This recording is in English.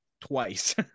twice